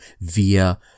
via